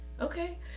Okay